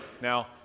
Now